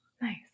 Nice